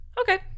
Okay